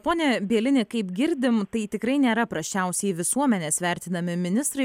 pone bielini kaip girdim tai tikrai nėra prasčiausiai visuomenės vertinami ministrai